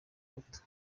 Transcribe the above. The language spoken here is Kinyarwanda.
bato